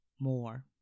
more